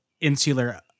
insular